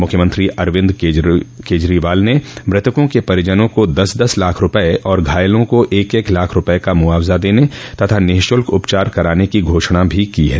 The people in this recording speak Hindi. मुख्यमंत्री अरविन्द केजरीवाल ने मृतकों के परिवारों को दस दस लाख रूपये और घायलों को एक एक लाख रुपये का मुआवजा देने तथा निःशुल्क उपचार कराने की घोषणा भी की है